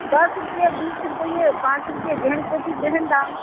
दश रुपए बीस रुपए पाँच रुपए जेहन कॉपी तेहन दाम